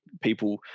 people